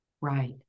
Right